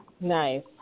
Nice